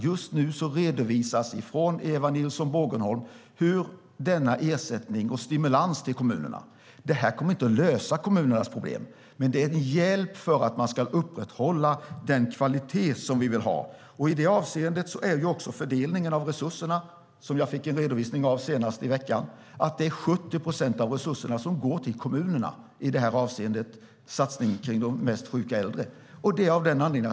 Just nu redovisas från Eva Nilsson Bågenholm resultatet av denna ersättning och stimulans till kommunerna. Det här kommer inte att lösa kommunernas problem, men det är en hjälp för att upprätthålla den kvalitet som vi vill ha. Jag fick senast i veckan en redovisning av fördelningen av resurserna, och 70 procent av resurserna går till kommunerna för satsningen på de mest sjuka äldre.